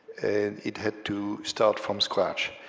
and it had to start from scratch.